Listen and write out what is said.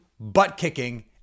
butt-kicking